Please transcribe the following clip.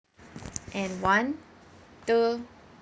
and one two